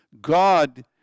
God